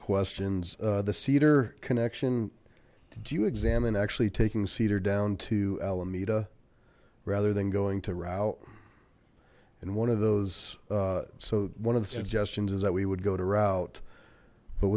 questions the seeder connection did you examine actually taking cedar down to alameda rather than going to route and one of those so one of the suggestions is that we would go to route but